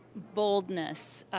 boldness.